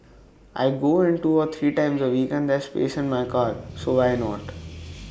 I go in two or three times A week and there's space in my car so why not